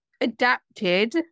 adapted